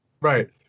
Right